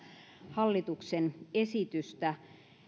hallituksen esitystä